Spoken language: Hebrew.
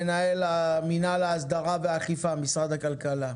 מנהל מינהל ההסדרה והאכיפה במשרד הכלכלה,